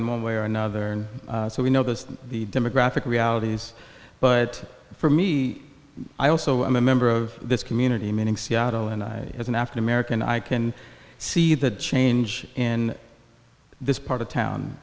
in one way or another so we noticed the demographic realities but for me i also am a member of this community meaning seattle and i as an african american i can see the change in this part of town